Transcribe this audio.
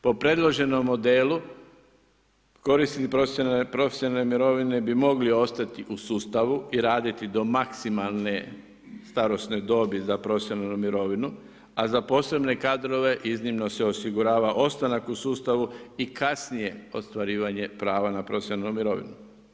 Po predloženom modelu, korisnik profesionalne mirovine bi mogli ostati u sustavu i raditi do maksimalne starosne dobi za profesionalnu mirovinu, a za posebne kadrove iznimno se osigurava ostanak u sustavu i kasnije ostvarivanje prava na profesionalnu mirovinu.